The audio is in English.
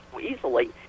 easily